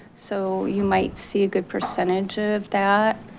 so you might see a good percentage of that.